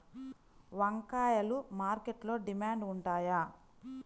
వంకాయలు మార్కెట్లో డిమాండ్ ఉంటాయా?